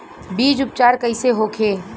बीज उपचार कइसे होखे?